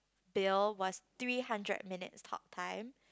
bill was three hundred minutes talk time